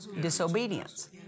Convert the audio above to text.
disobedience